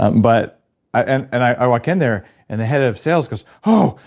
um but and and i walk in there and the head of sales goes oh.